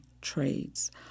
trades